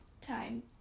time